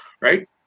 right